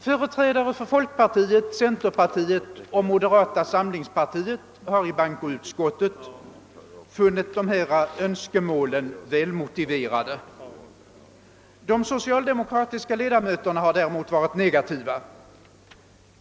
Företrädare för folkpartiet, centerpartiet och moderata samlingspartiet har i bankoutskottet funnit dessa önskemål välmotiverade. De socialdemokratiska ledamöterna har däremot varit negativa.